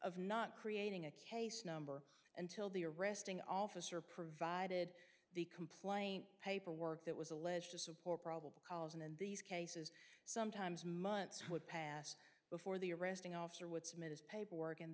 of not creating a case number until the arresting officer provided the complaint paperwork that was alleged to support probable cause and in these cases sometimes months would pass before the arresting officer would submit his paperwork and